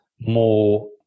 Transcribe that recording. more